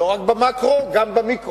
לא רק במקרו, גם במיקרו,